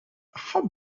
how